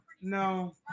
no